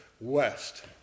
west